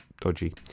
dodgy